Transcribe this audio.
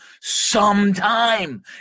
sometime